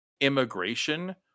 immigration